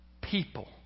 people